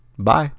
Bye